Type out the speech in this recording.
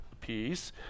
peace